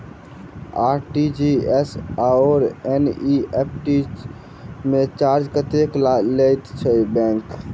RTGS आओर NEFT मे charge कतेक लैत अछि बैंक?